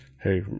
hey